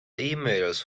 emails